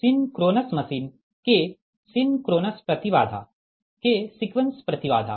अब synchronous machine के synchronous प्रति बाधा के सीक्वेंस प्रति बाधा